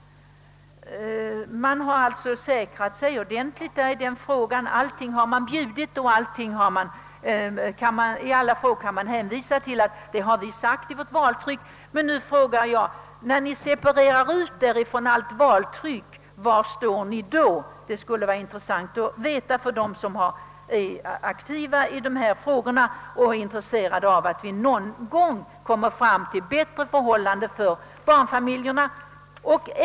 Man säkrade sig alltså på olika sätt i den frågan. Allting har man bjudit och i alla frågor kan man hänvisa till vad man sagt i valtrycket. Men nu undrar jag: När ni separerar ut allt detta från ert valtryck, var står ni då? Det skulle vara intressant att veta för dem som sysslar aktivt med dessa frågor och är intresserade av att vi någon gång når fram till bättre förhållanden för barnfamiljerna.